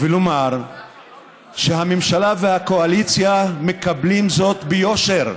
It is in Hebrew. ולומר שהממשלה והקואליציה מקבלות זאת ביושר,